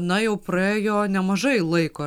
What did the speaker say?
na jau praėjo nemažai laiko